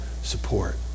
support